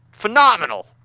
phenomenal